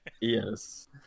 Yes